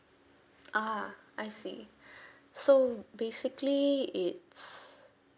ah I see so basically it's